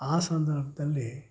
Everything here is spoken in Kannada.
ಆ ಸಂದರ್ಭದಲ್ಲಿ